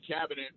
cabinet